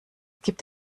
gibt